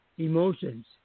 emotions